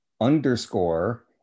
underscore